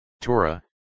Torah